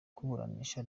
kuburanisha